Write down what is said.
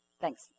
Thanks